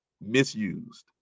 misused